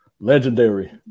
Legendary